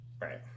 right